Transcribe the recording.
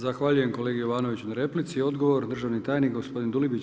Zahvaljujem kolegi Jovanoviću na replici, odgovor, državni tajnik, gospodin Dulibić.